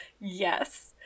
yes